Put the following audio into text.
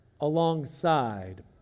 alongside